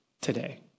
today